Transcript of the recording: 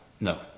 no